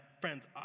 friends